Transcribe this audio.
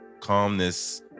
calmness